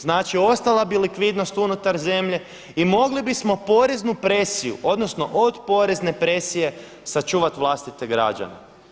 Znači, ostala bi likvidnost unutar zemlje i mogli bismo poreznu presiju odnosno od porezne presije sačuvati vlastite građane.